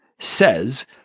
says